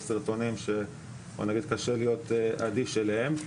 יש סרטונים שקשה להיות אדיש אליהם,